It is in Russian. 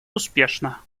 успешно